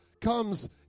comes